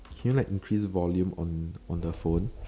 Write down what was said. can you like increase volume on on the phone